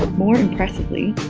more impressively,